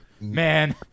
man